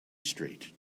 straight